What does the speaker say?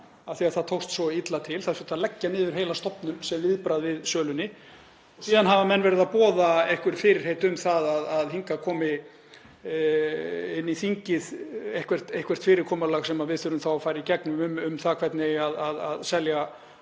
að það tókst svo illa til, það þurfti að leggja niður heila stofnun sem viðbragð við sölunni. Og síðan hafa menn verið að boða einhver fyrirheit um það að hingað inn í þingið komi eitthvert fyrirkomulag þar sem við þurfum þá að fara í gegnum það hvernig eigi að selja